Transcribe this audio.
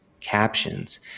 captions